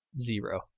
zero